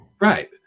right